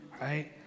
right